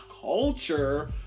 culture